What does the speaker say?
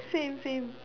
same same